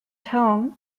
home